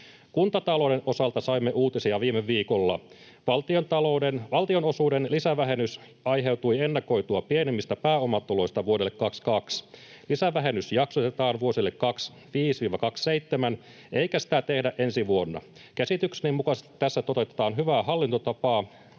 Kuntatalouden osalta saimme uutisia viime viikolla: valtionosuuden lisävähennys aiheutui ennakoitua pienemmistä pääomatuloista vuodelta 2022. Lisävähennys jaksotetaan vuosille 25—27, eikä sitä tehdä ensi vuonna. Käsitykseni mukaisesti tässä toteutetaan hyvää hallintotapaa.